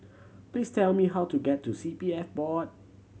please tell me how to get to C P F Board